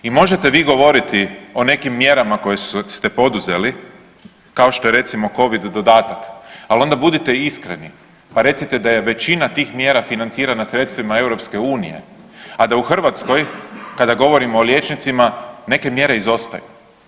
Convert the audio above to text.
I možete vi govoriti o nekim mjerama koje ste poduzeli kao što je recimo Covid dodatak, ali onda budite iskreni pa recite da je većina tih mjera financirana sredstvima EU, a da u Hrvatskoj kada govorimo o liječnicima neke mjere izostaju.